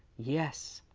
yes,